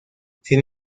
sin